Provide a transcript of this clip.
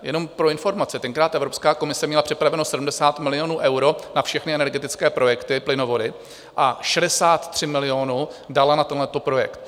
Jenom pro informaci, tenkrát Evropská komise měla připraveno 70 milionů eur na všechny energetické projekty, plynovody, a 63 milionů dala na tento projekt.